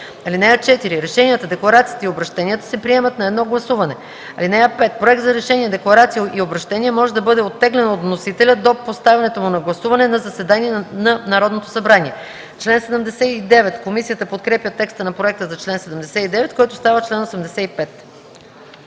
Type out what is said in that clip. по тях. (4) Решенията, декларациите и обръщенията се приемат на едно гласуване. (5) Проект за решение, декларация и обръщение може да бъде оттеглен от вносителя до поставянето му на гласуване на заседание на Народното събрание.” Комисията подкрепя текста на проекта за чл. 79, който става чл. 85.